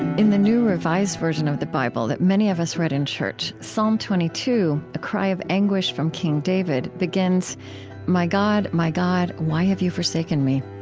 in the new revised version of the bible that many of us read in church, psalm twenty two, a cry of anguish from king david, begins my god, my god, why have you forsaken me?